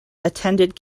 attended